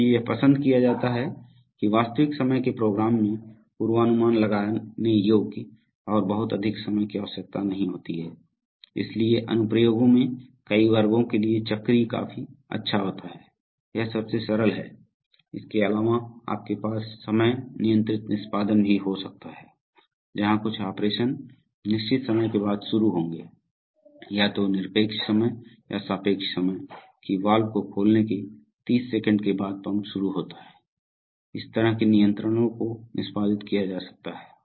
इसलिए यह पसंद किया जाता है कि वास्तविक समय के प्रोग्राम में पूर्वानुमान लगाने योग्य और बहुत अधिक समय की आवश्यकता नहीं होती है इसलिए अनुप्रयोगों में कई वर्गों के लिए चक्रीय काफी अच्छा होता है यह सबसे सरल है इसके अलावा आपके पास समय नियंत्रित निष्पादन भी हो सकता है जहां कुछ ऑपरेशन निश्चित समय के बाद शुरू होंगे या तो निरपेक्ष समय या सापेक्ष समय कि वाल्व को खोलने के 30 सेकंड के बाद पंप शुरू होता है इस तरह के नियंत्रणों को निष्पादित किया जा सकता है